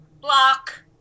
block